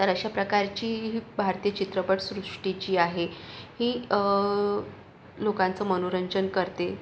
तर अशा प्रकारची भारतीय चित्रपट सृष्टी जी आहे ही लोकांचं मनोरंजन करते